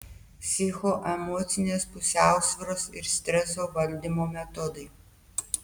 psichoemocinės pusiausvyros ir streso valdymo metodai